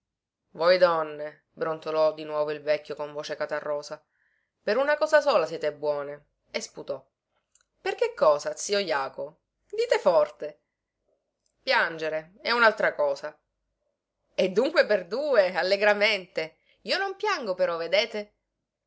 voi donne brontolò di nuovo il vecchio con voce catarrosa per una cosa sola siete buone e sputò per che cosa zio jaco dite forte piangere e unaltra cosa e dunque per due allegramente io non piango però vedete